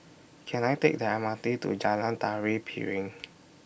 Can I Take The M R T to Jalan Tari Piring